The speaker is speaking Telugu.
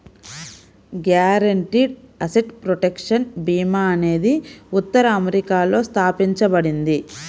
గ్యారెంటీడ్ అసెట్ ప్రొటెక్షన్ భీమా అనేది ఉత్తర అమెరికాలో స్థాపించబడింది